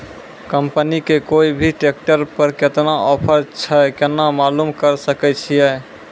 Company के कोय भी ट्रेक्टर पर केतना ऑफर छै केना मालूम करऽ सके छियै?